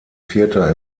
vierter